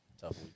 Tough